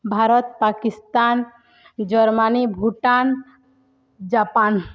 Bharat Pakistan Germany Bhutan Japan